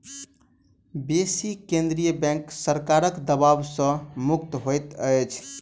बेसी केंद्रीय बैंक सरकारक दबाव सॅ मुक्त होइत अछि